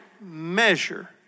measure